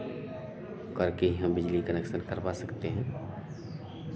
करके ही हम बिजली कनेक्शन करवा सकते हैं